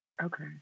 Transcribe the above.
Okay